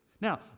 Now